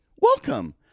welcome